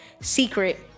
secret